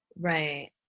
Right